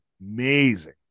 amazing